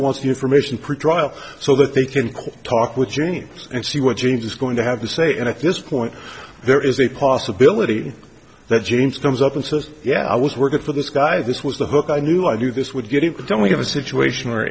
wants the information pretrial so that they can call talk with cheney and see what changes going to have to say and if this point there is a possibility that james comes up and says yeah i was working for this guy this was the hook i knew i knew this would get it done we have a situation where